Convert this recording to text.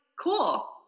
cool